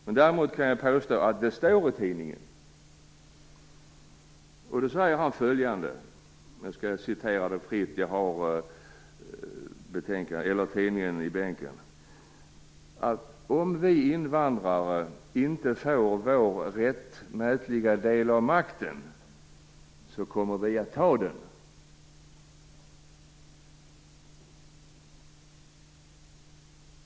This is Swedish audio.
Men däremot kan jag påstå att det står i tidningen att han har sagt följande: Om vi invandrare inte får vår rättmätiga del av makten kommer vi att ta den.